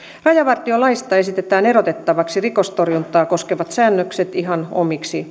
rajavartiolaista esitetään erotettavaksi rikostorjuntaa koskevat säännökset ihan omiksi laeikseen